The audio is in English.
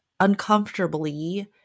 uncomfortably